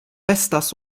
estas